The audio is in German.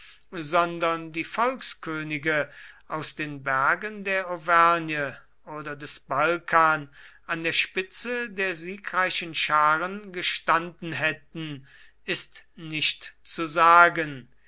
sondern die volkskönige aus den bergen der auvergne oder des balkan an der spitze der siegreichen scharen gestanden hätten ist nicht zu sagen